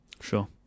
Sure